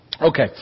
Okay